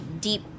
deep